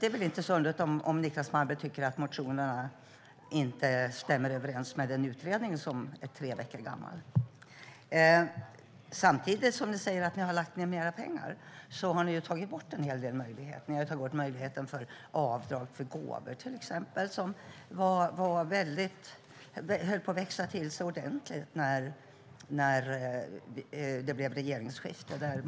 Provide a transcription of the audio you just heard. Det är alltså inte så underligt om Niclas Malmberg tycker att motionerna inte stämmer överens med den utredning som är tre veckor gammal. Samtidigt som ni säger att ni har lagt ned mer pengar har ni tagit bort en hel del möjligheter. Ni har tagit bort möjligheten att göra avdrag för gåvor, till exempel, som höll på att växa till sig ordentligt när det blev regeringsskifte.